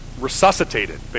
resuscitated